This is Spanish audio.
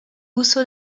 uso